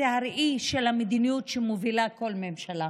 הוא הראי של המדיניות שמובילה כל ממשלה.